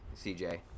CJ